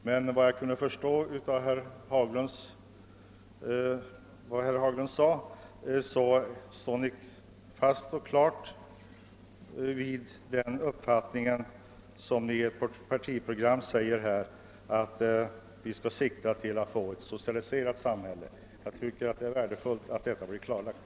Av vad jag nu kunde förstå av herr Haglunds anförande håller emellertid socialdemokratiska partiet fast vid det som partiprogrammet siktar till, nämligen ett socialiserat samhälle. Det är värdefullt att detta blev klarlagt.